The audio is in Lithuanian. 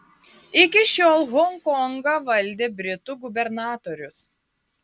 iki šiol honkongą valdė britų gubernatorius